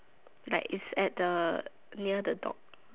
like it's at the near the dog